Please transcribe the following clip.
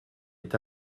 est